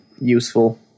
useful